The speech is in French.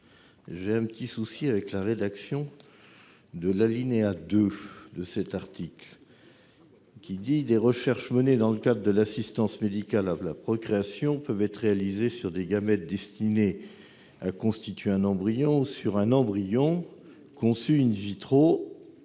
J'ai un léger souci avec la rédaction de l'alinéa 2, qui dispose que les recherches menées dans le cadre de l'assistance médicale à la procréation « peuvent être réalisées sur des gamètes destinés à constituer un embryon ou sur un embryon conçu avant ou